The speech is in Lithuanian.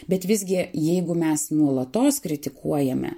bet visgi jeigu mes nuolatos kritikuojame